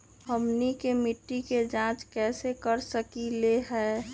हमनी के मिट्टी के जाँच कैसे कर सकीले है?